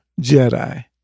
Jedi